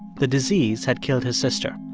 the disease had killed his sister.